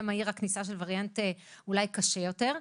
מהירה הכניסה של וריאנט אולי קשה יותר.